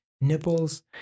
Nipples